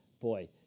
boy